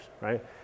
right